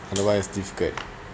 otherwise difficult